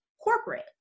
corporate